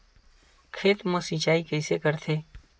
खेत मा सिंचाई कइसे करथे?